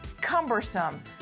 cumbersome